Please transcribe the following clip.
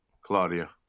Claudia